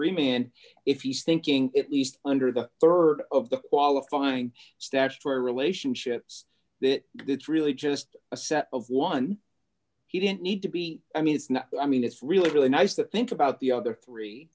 remain and if he's thinking it least under the rd of the qualifying statutory relationships that it's really just a set of one he didn't need to be i mean it's not i mean it's really really nice to think about the other three